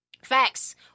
Facts